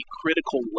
critical